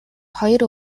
хоёр